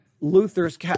Luther's